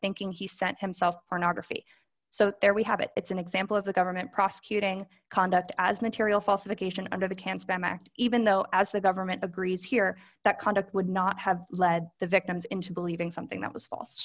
thinking he sent himself pornography so there we have it it's an example of the government prosecuting conduct as material falsification under the can spam act even though as the government agrees here that conduct would not have led the victims into believing something that was false